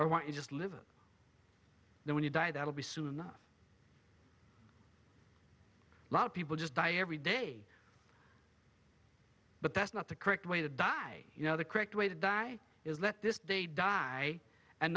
or what you just live there when you die that will be soon enough a lot of people just die every day but that's not the correct way to die you know the correct way to die is let this day die and